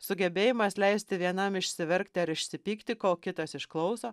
sugebėjimas leisti vienam išsiverkti ar išsipykti kol kitas išklauso